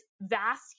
vast